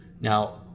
Now